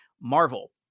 Marvel